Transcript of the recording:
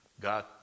God